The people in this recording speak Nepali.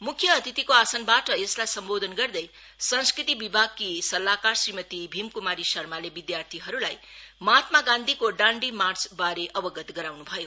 म्ख्य अतिथिको आसनबाट यसलाई सम्बोधन गर्दै संस्कृति विभागकी सल्लाहकार श्रीमती भीम क्मारी शर्माले विध्यार्थीहरूलाई महात्मा गान्धीको डान्डी मार्चबारे अवगत गराउन् भयो